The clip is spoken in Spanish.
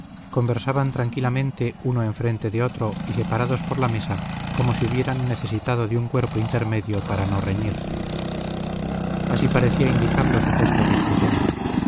conversaban tranquilamente uno enfrente de otro y separados por la mesa como si hubieran necesitado de un cuerpo intermedio para no reñir así parecía indicarlo su